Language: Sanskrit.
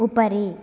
उपरि